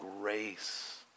grace